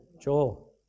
Joel